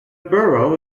borough